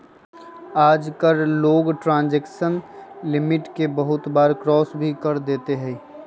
आजकल लोग transaction limit के बहुत बार क्रास भी कर देते हई